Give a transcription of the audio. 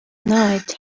night